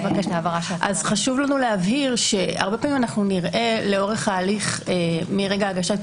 חשוב לנו להבהיר שהרבה פעמים נראה לאורך ההליך מרגע הגשת